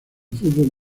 fútbol